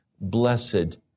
Blessed